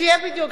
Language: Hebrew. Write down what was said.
בדיוק,